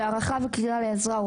בהערכה וקריאה לעזרה.